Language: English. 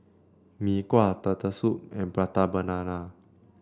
Mee Kuah Turtle Soup and Prata Banana